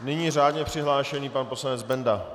Nyní je řádně přihlášený pan poslanec Benda.